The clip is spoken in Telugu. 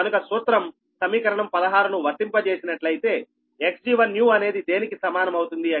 కనుక సూత్రంసమీకరణం 16 ను వర్తింపజేసినట్లయితే Xg1new అనేది దేనికి సమానం అవుతుంది అంటే 0